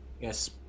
Yes